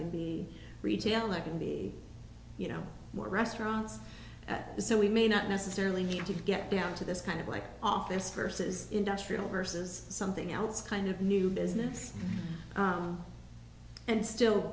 can be retail like in the you know more restaurants so we may not necessarily need to get down to this kind of like office versus industrial versus something else kind of new business and still